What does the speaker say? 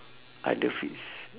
other fits